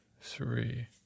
three